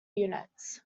units